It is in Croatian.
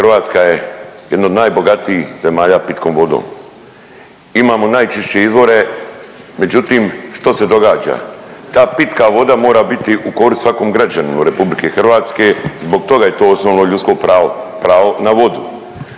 Hrvatska je jedna od najbogatijih zemalja pitkom vodom, imamo najčišće izvore, međutim što se događa? Ta pitka voda mora biti u korist svakom građaninu RH, zbog toga je to osnovno ljudsko pravo, pravo